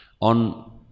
on